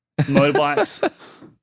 motorbikes